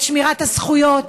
את שמירת הזכויות,